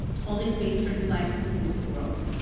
holding space for new life to come into the world.